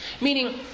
Meaning